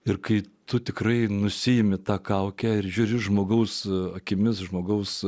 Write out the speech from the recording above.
ir kai tu tikrai nusiimi tą kaukę ir žiūri žmogaus akimis žmogaus